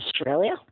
Australia